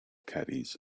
caddies